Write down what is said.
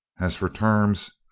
as for terms,